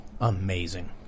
Amazing